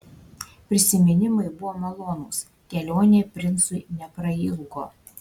prisiminimai buvo malonūs kelionė princui neprailgo